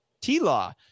T-law